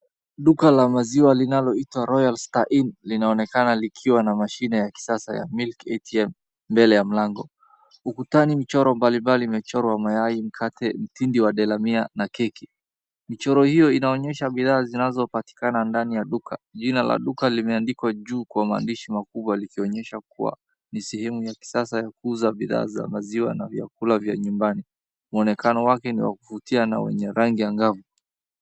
Duka la maziwa linaloitwa Royal Star Inn linaonekana likiwa na mashine ya kisasa ya Milk ATM mbele ya mlango. Ukutani michoro mbalimbali imechorwa mayai, mkate, vitindi wa delamia na keki. Michoro hiyo inaonyesha bidhaa zinazopatikana ndani ya duka. Jina la duka limeandikwa juu kwa maandishi makubwa likionyesha kuwa ni sehemu ya kisasa ya kuuza bidhaa za maziwa na vyakula vya nyumbani. Muonekano wake ni wa kuvutia na wenye rangi angavu.